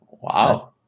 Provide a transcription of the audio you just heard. Wow